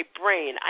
brain